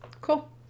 Cool